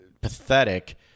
pathetic